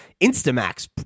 Instamax